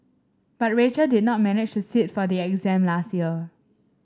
but Rachel did not manage to sit for the exam last year